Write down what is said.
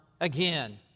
again